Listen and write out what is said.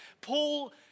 Paul